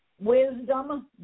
wisdom